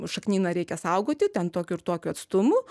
šaknyną reikia saugoti ten tokiu ir tokiu atstumu